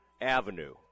Avenue